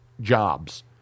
jobs